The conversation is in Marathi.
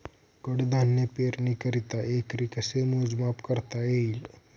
कडधान्य पेरणीकरिता एकरी कसे मोजमाप करता येईल?